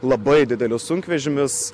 labai didelis sunkvežimis